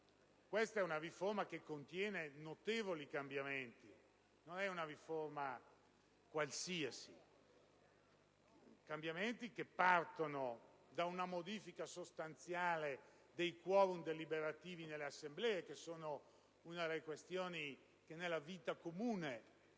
nostro esame contiene notevoli cambiamenti; non è una riforma qualsiasi. Tali cambiamenti partono da una modifica sostanziale dei *quorum* deliberativi delle assemblee, una delle questioni che nella vita comune